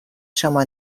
شما